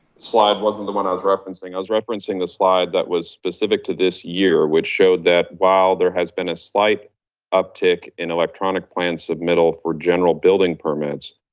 slide wasn't the one i was referencing was referencing the slide that was specific to this year, which showed that while there has been a slight uptick in electronic plans submittal for general building permits,